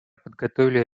подготовили